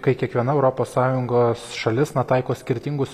kai kiekviena europos sąjungos šalis na taiko skirtingus